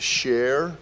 share